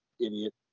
Idiot